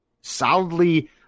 solidly